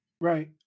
Right